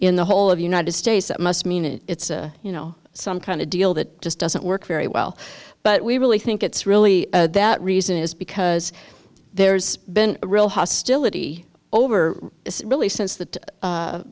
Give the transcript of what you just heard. in the whole of united states that must mean it's you know some kind of deal that just doesn't work very well but we really think it's really that reason is because there's been a real hostility over really since that